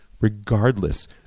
regardless